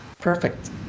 perfect